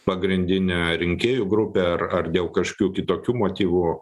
pagrindinę rinkėjų grupę ar ar dėl kažkokių kitokių motyvų